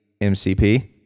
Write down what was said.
MCP